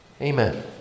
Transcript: Amen